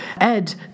Ed